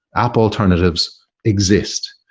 app alternatives exist.